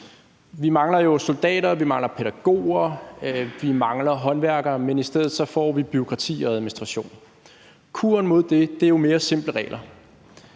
Vi mangler jo soldater, vi mangler pædagoger, vi mangler håndværkere, men i stedet får vi bureaukrati og administration. Kuren mod det er jo mere simple regler.